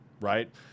right